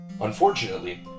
Unfortunately